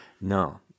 No